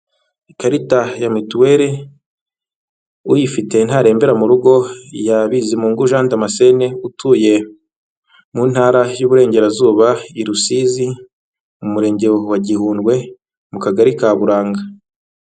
Ikarita ya mituweli uyifite ntarembera mu rugo ya BIZIMUNGU Jean Damascene, utuye mu Ntara y'Uburengerazuba i Rusizi mu Murenge wa Gihundwe mu Kagali ka buranga.